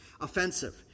offensive